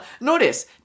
notice